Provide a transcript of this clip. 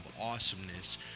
awesomeness